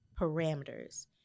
parameters